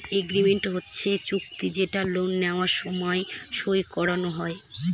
agreement হচ্ছে চুক্তি যেটা লোন নেওয়ার সময় সই করানো হয়